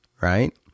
right